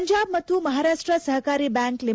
ಪಂಜಾಬ್ ಮತ್ತು ಮಹಾರಾಷ್ಟ ಸಹಕಾರಿ ಬ್ಬಾಂಕ್ ಲಿ